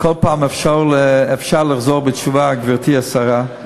כל פעם אפשר לחזור בתשובה, גברתי השרה,